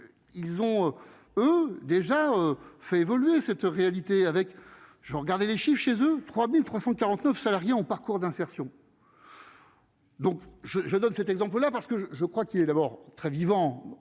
ils ont eux déjà fait évoluer cette réalité avec je, regardez les chez eux 3349 salariés en parcours d'insertion. Donc je je donne cet exemple là parce que je crois qu'il est d'abord très vivant dans